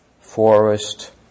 forest